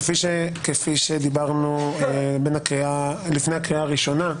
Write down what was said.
כפי שדיברנו לפני הקריאה הראשונה.